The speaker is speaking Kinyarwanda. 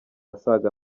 asaga